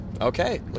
Okay